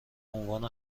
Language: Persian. عنوان